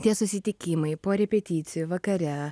tie susitikimai po repeticijų vakare